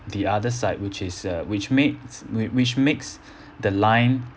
the other side which is uh which makes wh~ which makes the line